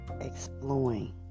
exploring